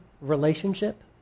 relationship